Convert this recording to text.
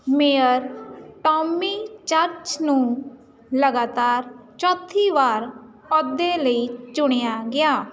mayor Tommy Church ਨੂੰ ਲਗਾਤਾਰ ਚੌਥੀ ਵਾਰ ਅਹੁਦੇ ਲਈ ਚੁਣਿਆ ਗਿਆ